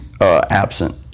absent